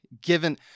given